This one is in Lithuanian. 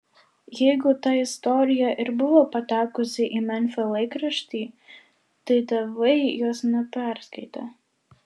jeigu ta istorija ir buvo patekusi į memfio laikraštį tai tėvai jos neperskaitė